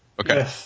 okay